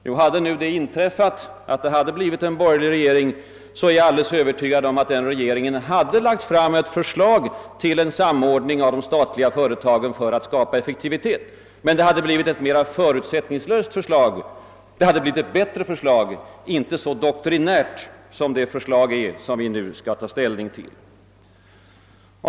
Ja, om vi hade fått en borgerlig regering, så är jag övertygad om att den regeringen hade lagt fram förslag om en samordning av de statliga företagen för att skapa effektivitet. Det hade blivit ett mera förutsättningslöst och bättre förslag, inte så doktrinärt som det förslag vi nu skall ta ställning till.